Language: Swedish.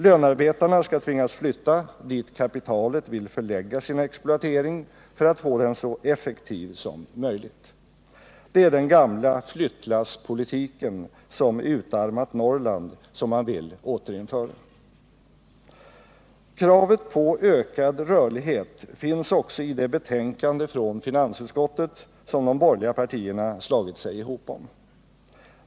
Lönarbetarna skall tvingas flytta dit kapitalet vill förlägga sin exploatering för att få den så effektiv som möjligt. Det är den gamla flyttlasspolitiken, som utarmat Norrland, som man vill återinföra. Kravet på ökad rörlighet finns också i det betänkande från finansutskottet, som de borgerliga partierna slagit sig ihop om.